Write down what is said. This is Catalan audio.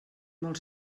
molt